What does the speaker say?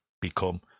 become